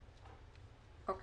סיווג